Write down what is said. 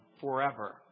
forever